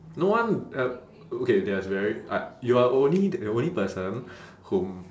no one uh okay there's very I you are only the only person whom